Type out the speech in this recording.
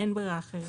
אין ברירה אחרת.